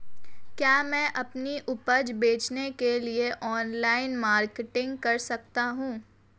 क्या मैं अपनी उपज बेचने के लिए ऑनलाइन मार्केटिंग कर सकता हूँ?